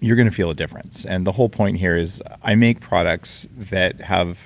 you're going to feel a difference, and the whole point here is i make products that have